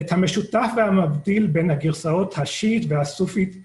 ‫את המשותף והמבדיל ‫בין הגרסאות השיעית והסופית.